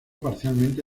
parcialmente